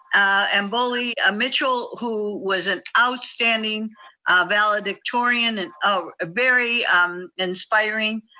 and bolie ah mitchell, who was an outstanding valedictorian, and oh very um inspiring,